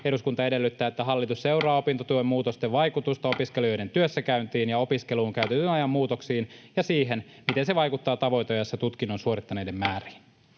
Eduskunta edellyttää, että hallitus seuraa opintotuen muutosten vaikutusta opiskelijoiden työssäkäyntiin ja opiskeluun käytetyn ajan muutoksiin ja siihen, miten se vaikuttaa tavoiteajassa tutkinnon suorittaneiden määriin.”